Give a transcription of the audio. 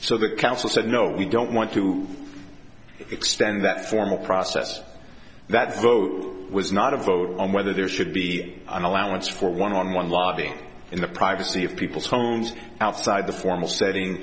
the council said no we don't want to extend that formal process that's vote was not a vote on whether there should be an allowance for one on one lobbying in the privacy of people's homes outside the formal setting